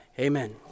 amen